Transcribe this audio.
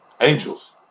angels